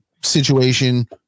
situation